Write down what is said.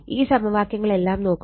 ഈ സമവാക്യങ്ങളെല്ലാം നോക്കുക